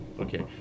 Okay